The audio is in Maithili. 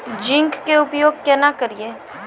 जिंक के उपयोग केना करये?